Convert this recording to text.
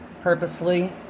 purposely